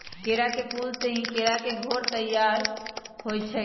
केरा के फूल से ही केरा के घौर तइयार होइ छइ